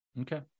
Okay